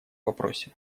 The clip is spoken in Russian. вопросе